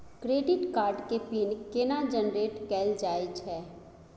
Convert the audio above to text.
Credit card के PIN केना generate कैल जाए छै?